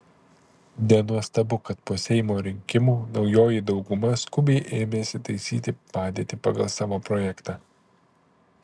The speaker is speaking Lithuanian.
nenuostabu kad po seimo rinkimų naujoji dauguma skubiai ėmėsi taisyti padėtį pagal savo projektą